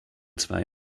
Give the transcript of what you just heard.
zwei